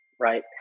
right